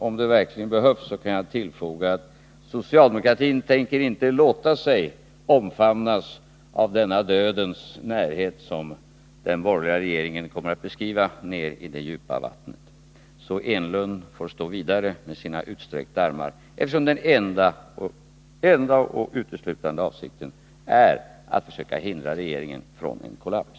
Om det verkligen behövs, kan jag tillfoga att socialdemokratin inte tänker låta sig dras in i den dödens närhet dit den borgerliga regeringen är på väg i det djupa vattnet. Så Eric Enlund får stå kvar med sina utsträckta armar, eftersom den enda och uteslutande avsikten är att försöka hindra regeringen från en kollaps.